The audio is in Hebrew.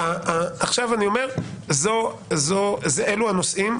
אני אומר שאלה הנושאים.